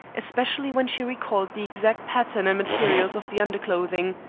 especially when she recalled the exact pattern and materials of the underclothing.